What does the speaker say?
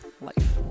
life